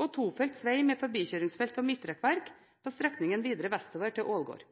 og tofelts veg med forbikjøringsfelt og midtrekkverk på strekningen videre vestover til Ålgård.